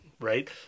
right